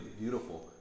beautiful